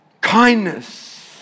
Kindness